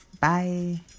Bye